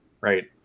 Right